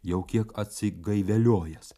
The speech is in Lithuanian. jau kiek atsigaiveliojęs